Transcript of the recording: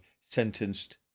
sentenced